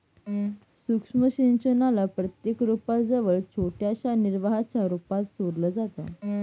सूक्ष्म सिंचनाला प्रत्येक रोपा जवळ छोट्याशा निर्वाहाच्या रूपात सोडलं जातं